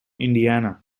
indiana